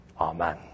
Amen